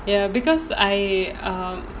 ya because I um